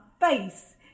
face